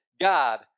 God